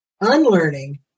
unlearning